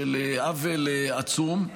של עוול עצום.